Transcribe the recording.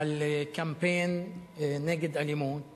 על קמפיין נגד אלימות